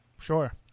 sure